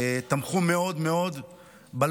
הם תמכו מאוד מאוד בלוחמים,